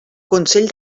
consell